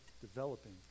developing